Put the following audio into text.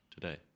today